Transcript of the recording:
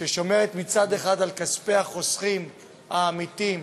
ששומרת על כספי החוסכים העמיתים